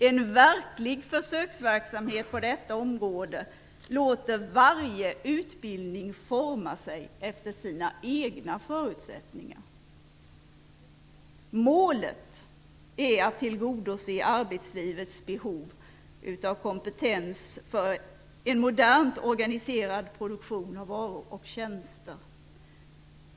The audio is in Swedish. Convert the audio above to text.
En verklig försöksverksamhet på detta område låter varje utbildning forma sig efter sina egna förutsättningar. Målet är att tillgodose arbetslivets behov av kompetens för en modernt organiserad produktion av varor och tjänster.